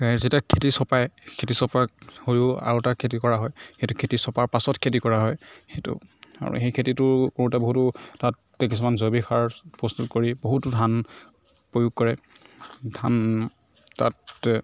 যেতিয়া খেতি চপায় খেতি চপাত হয়ো আৰু এটা খেতি কৰা হয় সেইটো খেতি চপাৰ পাছত খেতি কৰা হয় সেইটো আৰু সেই খেতিটো কৰোঁতে বহুতো তাতে কিছুমান জৈৱিক সাৰ প্ৰস্তুত কৰি বহুতো ধান প্ৰয়োগ কৰে ধান তাতে